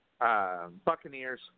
Buccaneers